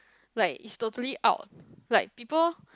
like is totally out like people